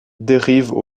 dérivent